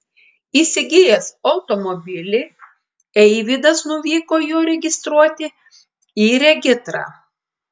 įsigijęs automobilį eivydas nuvyko jo registruoti į regitrą